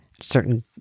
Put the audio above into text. certain